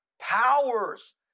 powers